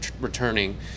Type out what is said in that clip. returning